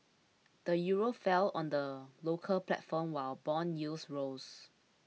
the euro fell on the local platform while bond yields rose